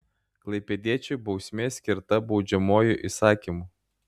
klaipėdiečiui bausmė skirta baudžiamuoju įsakymu